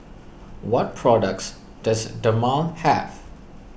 what products does Dermale have